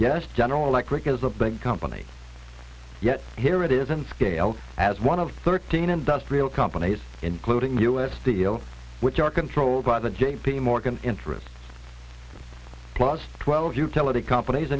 yes general electric is a big company yet here it is in scale as one of thirteen industrial companies including u s steel which are controlled by the j p morgan interest plus twelve utility companies